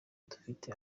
dufite